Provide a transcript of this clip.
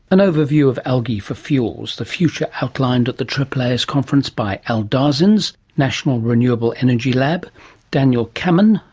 an overview of algae for fuels, the future outlined at the aaas conference by al darzins, national renewable energy lab daniel kammen,